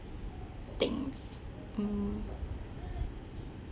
things hmm